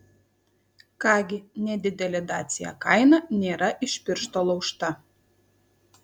ką gi nedidelė dacia kaina nėra iš piršto laužta